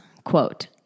Quote